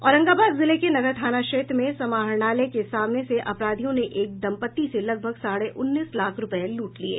औरंगाबाद जिले के नगर थाना क्षेत्र में समाहरणालय के सामने से अपराधियों ने एक दंपत्ति से लगभग साढ़े उन्नीस लाख रूपये लूट लिये